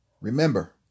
Remember